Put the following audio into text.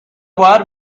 war